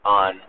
on